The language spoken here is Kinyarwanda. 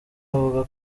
avuga